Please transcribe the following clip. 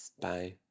Bye